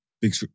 Big